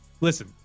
listen